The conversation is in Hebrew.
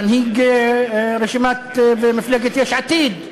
מנהיג רשימת ומפלגת יש עתיד.